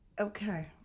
Okay